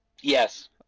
Yes